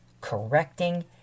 correcting